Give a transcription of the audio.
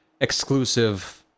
exclusive